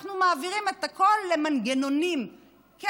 אנחנו מעבירים את הכול למנגנונים כן